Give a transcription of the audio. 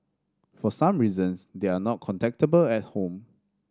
for some reasons they are not contactable at home